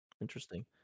interesting